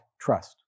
trust